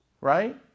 Right